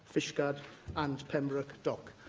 fishguard and pembroke dock.